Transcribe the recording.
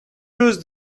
use